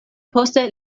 poste